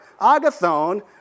Agathon